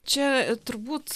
čia turbūt